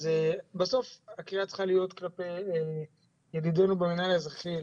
אז בסוף הקריאה צריכה להיות כלפי ידידינו במנהל האזרחי,